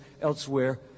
elsewhere